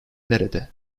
nerede